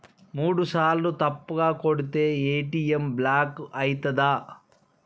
మూడుసార్ల తప్పుగా కొడితే ఏ.టి.ఎమ్ బ్లాక్ ఐతదా?